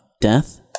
death